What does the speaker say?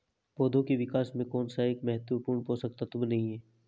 पौधों के विकास में कौन सा एक महत्वपूर्ण पोषक तत्व नहीं है?